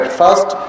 first